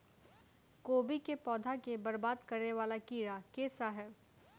कोबी केँ पौधा केँ बरबाद करे वला कीड़ा केँ सा है?